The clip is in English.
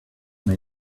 may